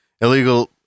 illegal